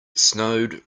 snowed